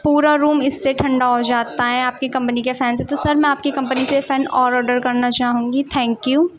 پورا روم اس سے ٹھنڈا ہو جاتا ہے آپ کی کمپنی کے فین سے تو سر میں آپ کی کمپنی سے ایک فین اور آرڈر کرنا چاہوں گی تھینک یو